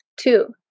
Two